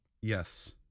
Yes